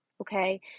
Okay